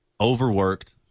overworked